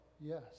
Yes